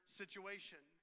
situation